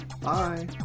Bye